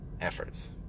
efforts